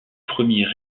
premiers